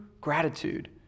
gratitude